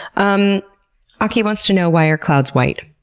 um aki wants to know why are clouds white?